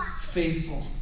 faithful